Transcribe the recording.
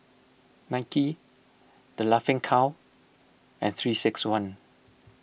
Nike the Laughing Cow and three six one